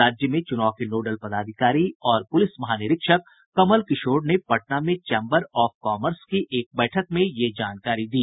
राज्य में चुनाव के नोडल पदाधिकारी और पुलिस महानिरीक्षक कमल किशोर ने पटना में चैम्बर ऑफ कॉमर्स के एक कार्यक्रम में यह जानकारी दी